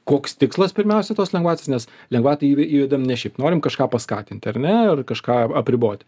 koks tikslas pirmiausia tos lengvatos nes lengvatą įv įvedam nes šiaip norim kažką paskatinti ar ne ar kažką apriboti